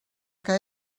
que